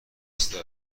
بسته